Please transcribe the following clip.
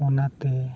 ᱚᱱᱟᱛᱮ